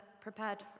prepared